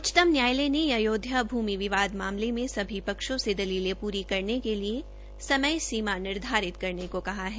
उच्ततम न्यायालय ने अयोध्या भूमि विवाद मामले में सभी पक्षों से दलीलें पूरी करने के लिए समय सीमा निर्धारित करने केा कहा है